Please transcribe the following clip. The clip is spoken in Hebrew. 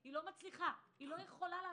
היא לא יכולה לעשות.